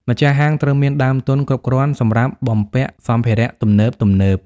ម្ចាស់ហាងត្រូវមានដើមទុនគ្រប់គ្រាន់សម្រាប់បំពាក់សម្ភារៈទំនើបៗ។